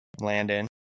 Landon